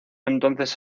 entonces